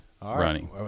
running